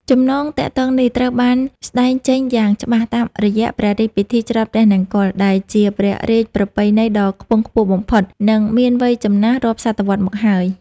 ចំណងទាក់ទងនេះត្រូវបានស្តែងចេញយ៉ាងច្បាស់តាមរយៈ «ព្រះរាជពិធីច្រត់ព្រះនង្គ័ល» ដែលជាព្រះរាជប្រពៃណីដ៏ខ្ពង់ខ្ពស់បំផុត និងមានវ័យចំណាស់រាប់សតវត្សមកហើយ។